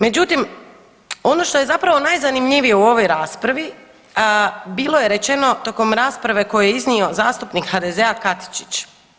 Međutim, ono što je zapravo najzanimljivije u ovoj raspravi bilo je rečeno tijekom rasprave koju je iznio zastupnik HDZ-a Katičić.